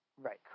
Right